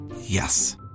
Yes